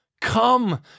Come